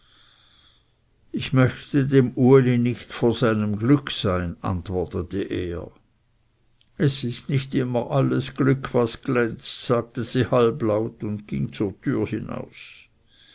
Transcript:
ich möchte dem uli nicht vor seinem glück sein antwortete er es ist nicht immer alles glück was glänzt sagte sie halblaut und ging zur türe hinaus